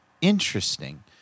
interesting